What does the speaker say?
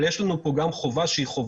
אבל יש לנו פה גם חובה מוסרית.